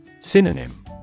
Synonym